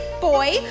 boy